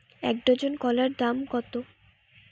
এক ডজন কলার দাম কত?